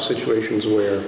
situations where